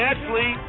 Ashley